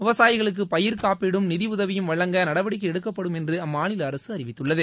விவசாயிகளுக்கு பயிர்க்காப்பீடும் நிதி உதவியும் வழங்க நடவடிக்கை எடுக்கப்படும் என்று அம்மாநில அரசு அறிவித்துள்ளது